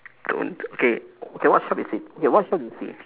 don't okay okay what shop is it okay what shop do you see